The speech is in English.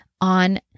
on